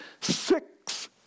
six